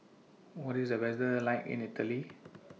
What IS The weather like in Italy